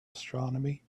astronomy